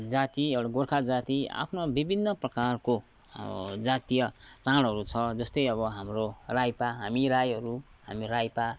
जाति एउटा गोर्खा जाति आफ्नो विभिन्न प्रकारको अब जातीय चाडहरू छ जस्तै अब हाम्रो राइपा हामी राईहरू हाम्रो राइपा